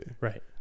right